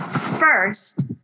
First